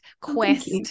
quest